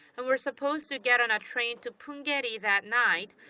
and were supposed to get on a train to punggye-ri that night.